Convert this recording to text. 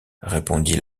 répondit